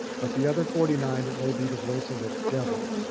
but the other forty nine, it may be the voice of a devil